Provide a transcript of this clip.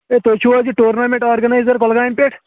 ہے تُہۍ چھُو حظ یہِ ٹورنامٮ۪نٛٹ آرگَنایزر کۄلگامہِ پٮ۪ٹھ